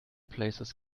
places